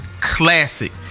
Classic